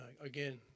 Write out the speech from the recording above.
again